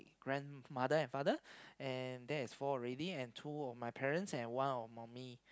grandmother and father and that is four already and two of my parents and one of mum me